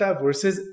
versus